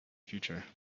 future